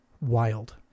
Wild